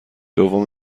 دوم